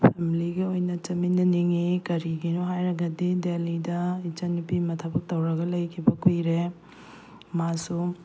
ꯐꯦꯃꯤꯂꯤꯒ ꯑꯣꯏꯅ ꯆꯠꯃꯤꯟꯅꯅꯤꯡꯉꯤ ꯀꯔꯤꯒꯤꯅꯣ ꯍꯥꯏꯔꯒꯗꯤ ꯗꯦꯂꯤꯗ ꯏꯆꯟꯅꯨꯄꯤ ꯑꯃ ꯊꯕꯛ ꯇꯧꯔꯒ ꯂꯩꯈꯤꯕ ꯀꯨꯏꯔꯦ ꯃꯥꯁꯨ